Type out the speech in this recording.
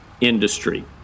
industry